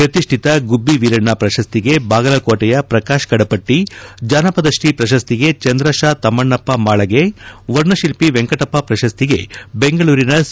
ಪ್ರತಿಷ್ಠಿತ ಗುಬ್ಬವೀರಣ್ಣ ಪ್ರಶಸ್ತಿಗೆ ಬಾಗಲಕೋಟೆಯ ಪ್ರಕಾಶ್ ಕಡಪಟ್ಟ ಜಾನಪದತ್ರೀ ಪ್ರಶಸ್ತಿಗೆ ಚಂದ್ರಶಾ ತಮ್ಮಣ್ಣಪ್ಪ ಮಾಳಗೆ ವರ್ಣ ಶಿಲ್ಪಿ ವೆಂಕಟಪ್ಪ ಪ್ರಶಸ್ತಿಗೆ ಬೆಂಗಳೂರಿನ ಸಿ